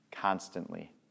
constantly